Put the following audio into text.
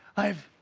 i've